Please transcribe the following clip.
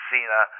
Cena